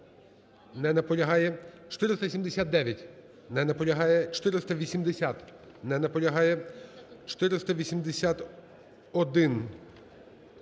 Не наполягає. 479. Не наполягає. 480.